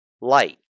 light